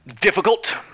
difficult